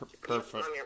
Perfect